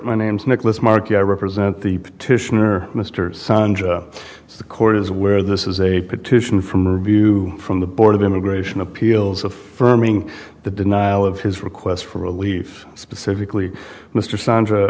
my name's nicholas marquis i represent the petitioner mr sun the court is where this is a petition from review from the board of immigration appeals of firming the denial of his request for relief specifically mr sandra